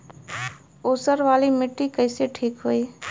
ऊसर वाली मिट्टी कईसे ठीक होई?